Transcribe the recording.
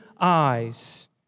eyes